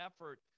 effort